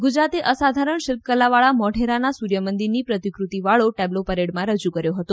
ગુજરાતે અસાધારણ શિલ્પકલાવાળા મોઢેરાના સૂર્યમંદિરની પ્રતિકૃતિવાળો ટેબ્લો પરેડમાં રજૂ કર્યો હતો